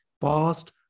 past